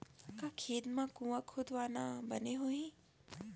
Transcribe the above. का खेत मा कुंआ खोदवाना बने होही?